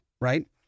right